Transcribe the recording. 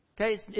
Okay